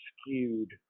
skewed